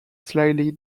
slightly